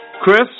Chris